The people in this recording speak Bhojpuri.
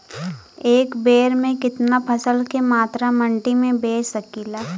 एक बेर में कितना फसल के मात्रा मंडी में बेच सकीला?